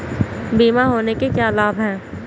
बीमा होने के क्या क्या लाभ हैं?